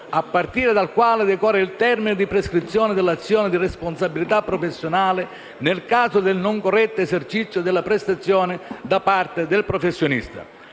a partire dal quale decorre il termine di prescrizione dell'azione di responsabilità professionale nel caso del non corretto esercizio della prestazione da parte del professionista.